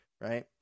Right